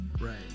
Right